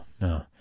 no